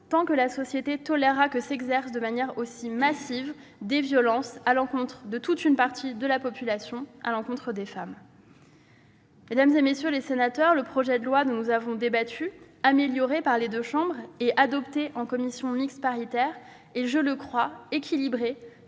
tant que la société tolérera que s'exercent de manière aussi massive des violences à l'encontre de toute une partie de la population, c'est-à-dire des femmes. Mesdames, messieurs les sénateurs, le projet de loi dont nous avons débattu, amélioré par les deux chambres, et adopté en commission mixte paritaire, est, je le crois, équilibré